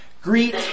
Greet